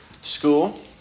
school